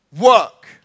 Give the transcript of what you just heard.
work